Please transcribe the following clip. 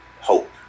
hope